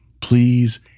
please